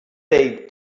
they